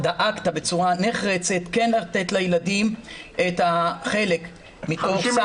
דאגת בצורה נחרצת לתת לילדים את החלק מתוך סך הכול.